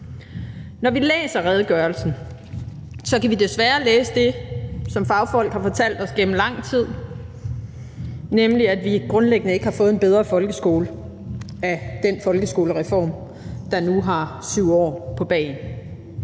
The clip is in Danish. Når vi læser redegørelsen, kan vi desværre læse det, som fagfolk har fortalt os igennem lang tid, nemlig at vi grundlæggende ikke har fået en bedre folkeskole af den folkeskolereform, der nu har 7 år på bagen.